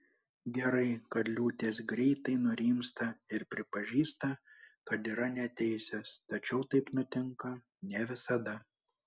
gerai kad liūtės greitai nurimsta ir pripažįsta kad yra neteisios tačiau taip nutinka ne visada